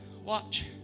Watch